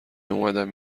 اومدم